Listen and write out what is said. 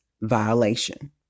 violation